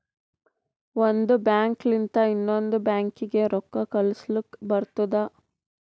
ಒಂದ್ ಬ್ಯಾಂಕ್ ಲಿಂತ ಇನ್ನೊಂದು ಬ್ಯಾಂಕೀಗಿ ರೊಕ್ಕಾ ಕಳುಸ್ಲಕ್ ಬರ್ತುದ